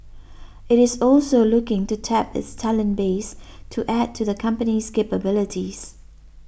it is also looking to tap its talent base to add to the company's capabilities